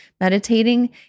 meditating